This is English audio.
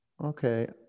Okay